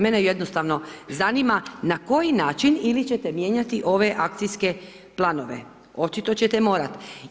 Mene jednostavno zanima, na koji način ili ćete mijenjati ove akcijske planove, očito ćete morati.